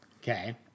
Okay